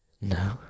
No